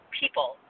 people